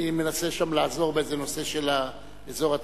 אני מנסה שם לעזור באיזה נושא של האזור התעשייתי,